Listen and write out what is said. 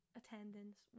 attendance